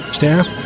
staff